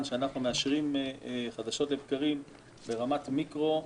שאנחנו מחדשים חדשות לבקרים ברמת המיקרו,